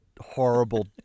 horrible